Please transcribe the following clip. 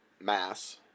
Mass